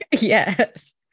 Yes